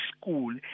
school